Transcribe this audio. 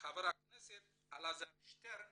חבר הכנסת אלעזר שטרן